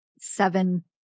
seven